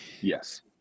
yes